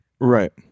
right